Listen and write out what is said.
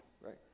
right